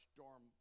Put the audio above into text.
dorm